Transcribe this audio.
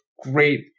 great